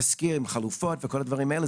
תזכיר עם חלופות וכל הדברים האלה,